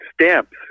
stamps